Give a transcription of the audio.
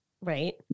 right